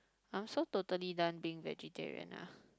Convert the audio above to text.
I'm so totally done being vegetarian ah